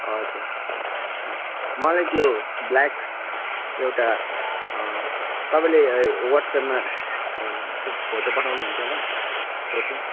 हजुर हजुर मलाई त्यो ब्ल्याक एउटा तपाईँले वाट्सएप्पमा फोटो पठाउनुहुन्छ होला फोटो